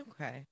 Okay